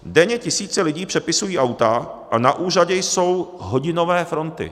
Denně tisíce lidí přepisují auta a na úřadě jsou hodinové fronty.